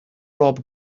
rob